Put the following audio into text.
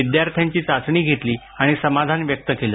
विद्यार्थ्यांची चाचणी घेतली आणि समाधान व्यक्त केलं